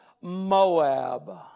Moab